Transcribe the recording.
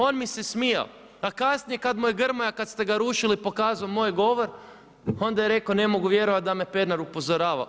On mi se smijao, a kasnije kad mu je Grmoja, kad ste ga rušili pokazao moj govor onda je rekao ne mogu vjerovati da me Pernar upozoravao.